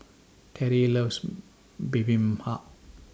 Terrie loves Bibimbap